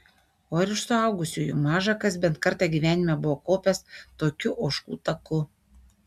o ir iš suaugusiųjų maža kas bent kartą gyvenime buvo kopęs tokiu ožkų taku